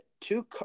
two